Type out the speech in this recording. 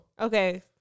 Okay